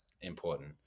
important